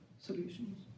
solutions